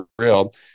real